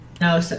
No